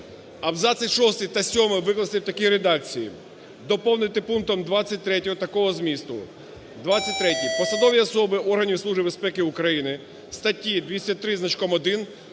Абзаци 6 та 7 викласти у такій редакції. Доповнити пунктом 23 такого змісту: "23-й: посадові особи органів Служби безпеки України (статті 203 зі значком 1,